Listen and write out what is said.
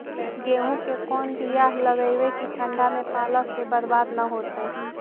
गेहूं के कोन बियाह लगइयै कि ठंडा में पाला से बरबाद न होतै?